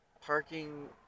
parking